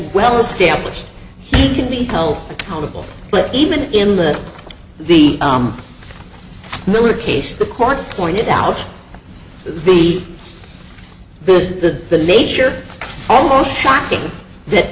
well established he can be held accountable but even in the the miller case the court pointed out the the nature almost shocking that